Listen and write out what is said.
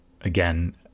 again